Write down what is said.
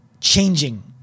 changing